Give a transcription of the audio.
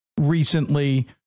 recently